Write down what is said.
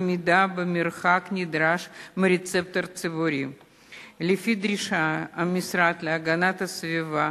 עמידה במרחק הנדרש לפי דרישה של המשרד להגנת הסביבה,